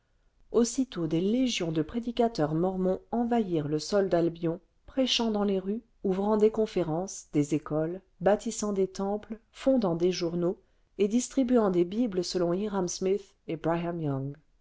aussitôt des légions de prédicateurs mormons envahirent le sol d'albion prêchant dans les rues ouvrant des conférences des écoles bâtissant des temples fondant des journaux et distribuant des bibles selon hiram smith et